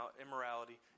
immorality